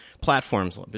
platforms